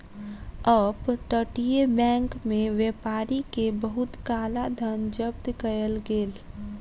up तटीय bank में व्यापारी के बहुत काला धन जब्त कएल गेल